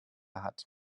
hat